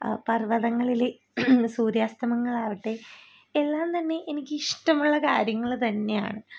പർവ്വതങ്ങളിൽ സൂര്യാസ്തമയങ്ങളാകട്ടെ എല്ലാം തന്നെ എനിക്ക് ഇഷ്ടമുള്ള കാര്യങ്ങൾ തന്നെയാണ്